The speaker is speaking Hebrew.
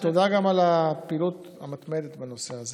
תודה גם על הפעילות המתמדת בנושא הזה.